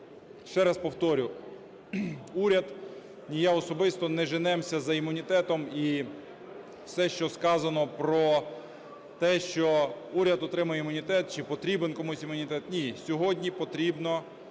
Ще раз повторю, уряд, ні я особисто не женемося за імунітетом. І все, що сказано про те, що уряд отримає імунітет чи потрібен комусь імунітет, – ні, сьогодні потрібно